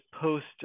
post